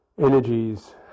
energies